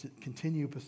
continue